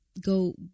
go